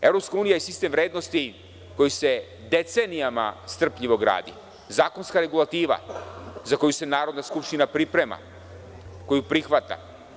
Evropska unija je sistem vrednosti koji se decenijama strpljivo gradi, zakonska regulativa za koju se Narodna skupština priprema, koju prihvata.